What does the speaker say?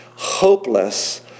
hopeless